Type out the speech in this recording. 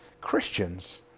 Christians